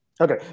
okay